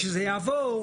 כשזה יעבור,